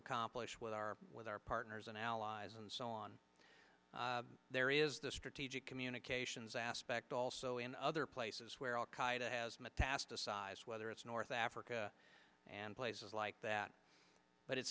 accomplish with our with our partners and allies and so on there is the strategic communications aspect also in other places where al qaida has metastasized whether it's north africa and places like that but it